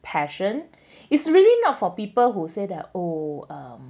passion it's really not for people who say that oh